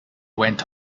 went